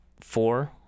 Four